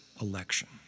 election